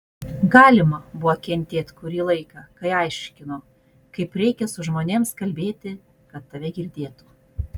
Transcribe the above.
galima buvo kentėt kurį laiką kai aiškino kaip reikia su žmonėms kalbėti kad tave girdėtų